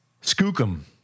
Skookum